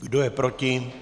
Kdo je proti?